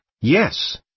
yes